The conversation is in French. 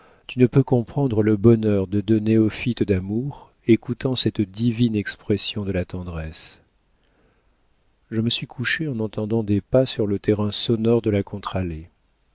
tu ne peux comprendre le bonheur de deux néophytes d'amour écoutant cette divine expression de la tendresse je me suis couchée en entendant des pas sur le terrain sonore de la contre-allée